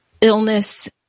illness